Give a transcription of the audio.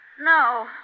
No